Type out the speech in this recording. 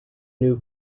new